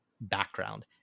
background